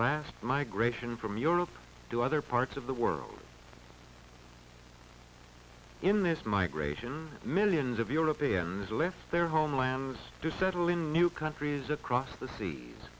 last migration from europe to other parts of the world in this migration millions of europeans left their homelands to settle in new countries across the seas